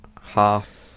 half